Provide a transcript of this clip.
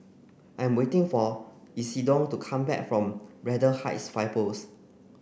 I'm waiting for Isidore to come back from Braddell Heights Fire Post